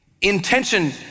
Intention